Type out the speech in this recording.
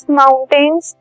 mountains